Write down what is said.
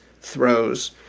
throws